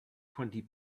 twenty